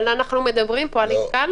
אבל אנחנו מדברים פה על התקהלות,